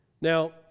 Now